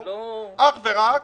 חזרו אך ורק